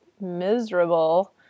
miserable